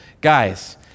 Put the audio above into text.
guys